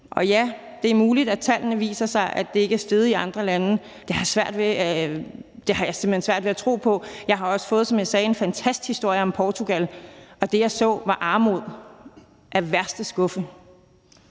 Og ja, det er muligt, at tallene viser, at det ikke er steget i andre lande. Det har jeg simpelt hen svært ved at tro på. Jeg har, som jeg sagde, også fået en fantasthistorie om Portugal, og det, jeg så, var armod af værste skuffe.